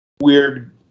weird